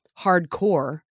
hardcore